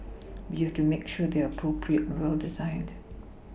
but you've to make sure they're appropriate and well designed